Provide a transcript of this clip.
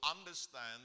understand